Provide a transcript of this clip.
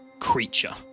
creature